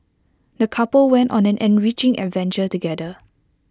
the couple went on an enriching adventure together